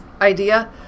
idea